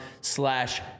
slash